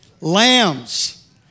Lambs